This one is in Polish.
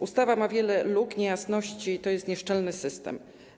Ustawa ma wiele luk, niejasności i to jest nieszczelny system.